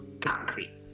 Concrete